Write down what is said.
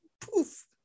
Poof